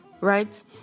right